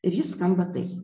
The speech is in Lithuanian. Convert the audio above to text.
ir jis skamba taip